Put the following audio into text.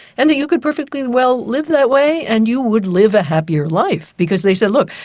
and you could perfectly well live that way and you would live a happier life because they said, look,